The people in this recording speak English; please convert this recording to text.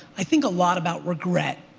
i think a lot about regret.